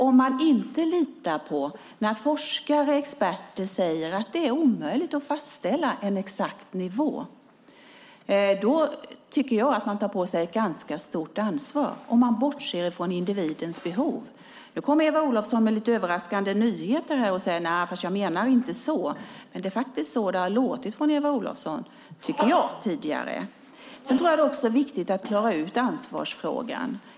Om man inte litar på forskare och experter när de säger att det är omöjligt att fastställa en exakt nivå tar man på sig ett stort ansvar, och man bortser från individens behov. Nu kommer Eva Olofsson med överraskande nyheter och säger att hon inte menade så, men det är faktiskt så det har låtit från Eva Olofsson tidigare. Det är också viktigt att klara ut ansvarsfrågan.